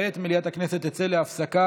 אפשר להוסיף,